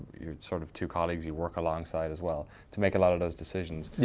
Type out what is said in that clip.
your sort of two colleagues you work alongside as well to make a lot of those decisions.